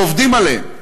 ועובדים עליהם.